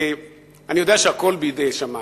אני יודע שהכול בידי שמים,